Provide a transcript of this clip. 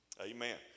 Amen